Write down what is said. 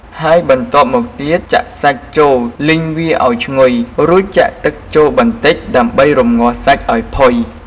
ហើយបន្ទាប់មកទៀតចាក់សាច់ចូលលីងវាឱ្យឈ្ងុយ រួចចាក់ទឹកចូលបន្តិចដើម្បីរម្ងាស់សាច់ឱ្យផុយ។